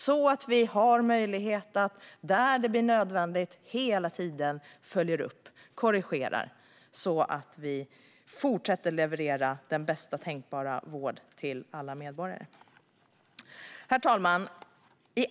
Då kan vi korrigera där det är nödvändigt så att vi kan fortsätta att leverera den bästa tänkbara vården till alla medborgare. Herr talman!